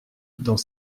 dans